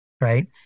right